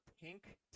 pink